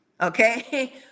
okay